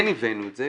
כן הבאנו את זה.